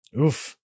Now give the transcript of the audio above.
Oof